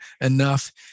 enough